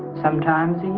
sometimes.